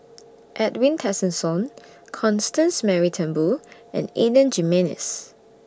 Edwin Tessensohn Constance Mary Turnbull and Adan Jimenez